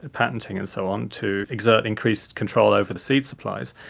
patenting and so on, to exert increased control over the seed supplies,